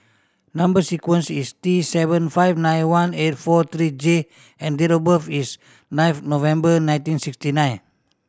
number sequence is T seven five nine one eight four three J and date of birth is ninth November nineteen sixty nine